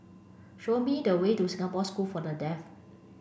show me the way to Singapore School for the Deaf